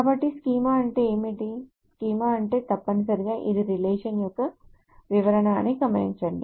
కాబట్టి స్కీమా అంటే ఏమిటి స్కీమా అంటే తప్పనిసరిగా ఇది రిలేషన్ యొక్క వివరణ అని గమనించండి